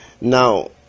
Now